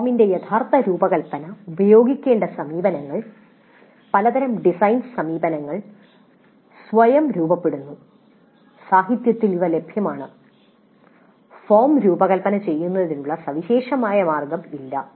ഫോമിന്റെ യഥാർത്ഥ രൂപകൽപ്പന ഉപയോഗിക്കേണ്ട സമീപനങ്ങൾ പലതരം ഡിസൈൻ സമീപനങ്ങൾ സ്വയം രൂപപ്പെടുത്തുന്നു സാഹിത്യത്തിൽ ലഭ്യമാണ് ഫോം രൂപകൽപ്പന ചെയ്യുന്നതിനുള്ള സവിശേഷമായ മാർഗം ഇല്ല